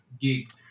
gig